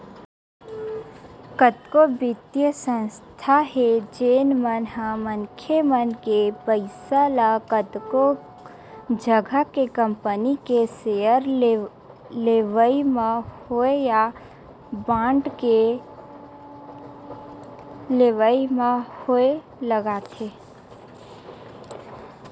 कतको बित्तीय संस्था हे जेन मन ह मनखे मन के पइसा ल कतको जघा के कंपनी के सेयर लेवई म होय या बांड के लेवई म होय लगाथे